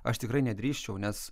aš tikrai nedrįsčiau nes